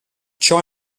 ciò